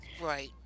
right